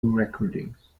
recordings